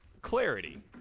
clarity